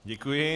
Děkuji.